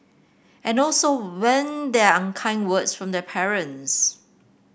and also when there are unkind words from the parents